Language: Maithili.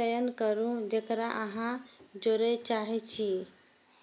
चयन करू, जेकरा अहां जोड़य चाहै छी